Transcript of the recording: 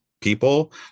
people